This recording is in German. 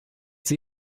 sie